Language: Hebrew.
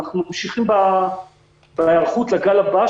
אנחנו ממשיכים בהיערכות לגל הבא,